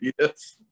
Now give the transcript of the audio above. Yes